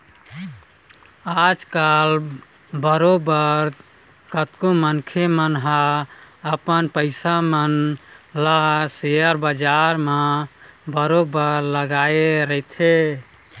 आजकल बरोबर कतको मनखे मन ह अपन पइसा मन ल सेयर बजार म बरोबर लगाए रहिथे